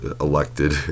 elected